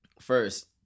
First